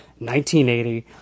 1980